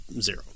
zero